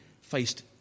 faced